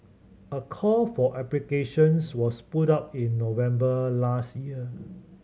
a call for applications was put out in November last year